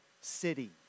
city